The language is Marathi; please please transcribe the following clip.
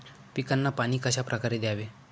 पिकांना पाणी कशाप्रकारे द्यावे?